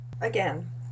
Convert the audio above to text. Again